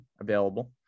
available